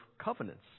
covenants